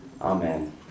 Amen